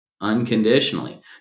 unconditionally